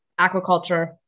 aquaculture